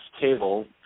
Table